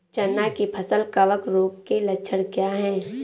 चना की फसल कवक रोग के लक्षण क्या है?